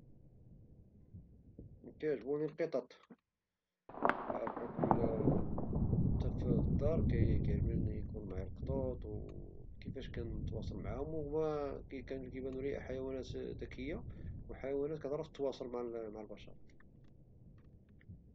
كيعجبوني القطط بحكم- حتى في الدار كيعجبوني وكيفاش كنتواصل معهم، وكيبانولي حيوانات ذكية وكتعرف تواصل مع البشر